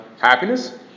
happiness